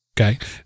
okay